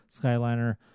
Skyliner